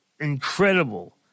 incredible